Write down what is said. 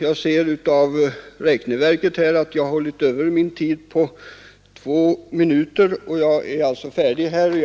Jag ser av räkneverket att jag har dragit över den tid som r tid att sluta.